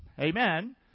Amen